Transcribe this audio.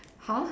!huh!